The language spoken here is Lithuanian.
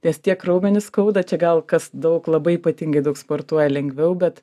nes tiek raumenis skauda čia gal kas daug labai ypatingai daug sportuoja lengviau bet